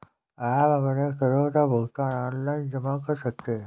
आप अपने करों का भुगतान ऑनलाइन जमा कर सकते हैं